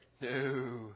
no